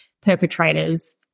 perpetrators